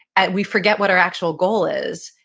and we forget what our actual goal is.